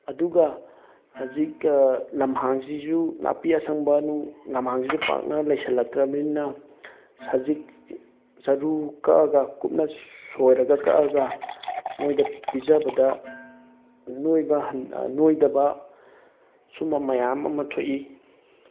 ꯑꯗꯨꯒ ꯍꯧꯖꯤꯛ ꯂꯝꯍꯥꯡꯁꯤꯁꯨ ꯅꯥꯄꯤ ꯑꯁꯪꯕ ꯅꯨꯡ ꯂꯝꯍꯥꯡꯁꯤꯁꯨ ꯄꯥꯛꯅ ꯂꯩꯁꯤꯜꯂꯛꯇ꯭ꯔꯕꯅꯤꯅ ꯁꯖꯤꯛ ꯆꯔꯨ ꯀꯛꯑꯒ ꯀꯨꯞꯅ ꯁꯣꯏꯔꯒ ꯀꯛꯑꯒ ꯃꯣꯏꯗ ꯄꯤꯖꯕꯗ ꯅꯣꯏꯗꯕ ꯁꯨꯝꯕ ꯃꯌꯥꯝ ꯑꯃ ꯊꯣꯛꯏ